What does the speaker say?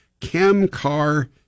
Camcar